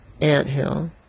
anthill